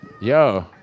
Yo